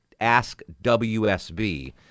AskWSB